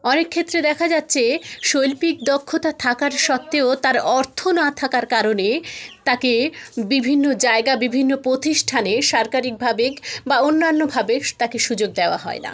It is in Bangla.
অনেকক্ষেত্রে দেখা যাচ্ছে শৈল্পিক দক্ষতা থাকার সত্ত্বেও তার অর্থ না থাকার কারণে তাকে বিভিন্ন জায়গা বিভিন্ন প্রতিষ্ঠানে সরকারিভাবে বা অন্যান্যভাবে তাকে সুযোগ দেওয়া হয় না